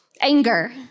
Anger